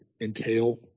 entail